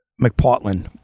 McPartland